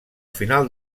final